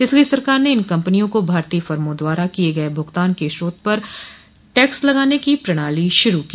इसीलिए सरकार ने इन कंपनियों को भारतीय फर्मो द्वारा किए गए भुगतान के स्रोत पर टैक्स लगाने की प्रणाली शुरु की